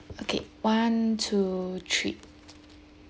okay one two three